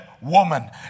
woman